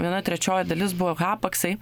viena trečioji dalis buvo hapaksai